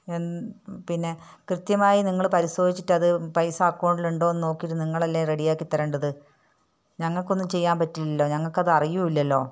N പിന്നെ കൃത്യമായി നിങ്ങള് പരിശോധിച്ചിട്ട് അത് പൈസ അക്കൗണ്ടിലുണ്ടോന്ന് നോക്കിയിട്ട് നിങ്ങളല്ലേ റെഡിയാക്കിത്തരേണ്ടത് ഞങ്ങൾക്ക് ഒന്നും ചെയ്യാൻ പറ്റില്ലല്ലൊ ഞങ്ങൾക്ക് അത് അറിയില്ലല്ലൊ